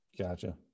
Gotcha